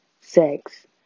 Sex